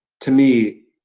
to me,